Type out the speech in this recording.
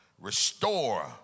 restore